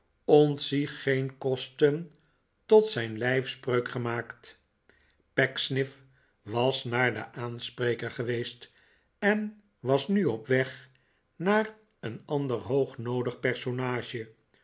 ontzie geen kosten tot zijn lijfspreuk gemaakt pecksniff was naar den aanspreker geweest en was nu op weg naar een ander hoog noodig personage